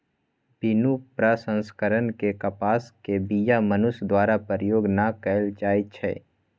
बिनु प्रसंस्करण के कपास के बीया मनुष्य द्वारा प्रयोग न कएल जाइ छइ